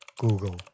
Google